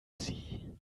sie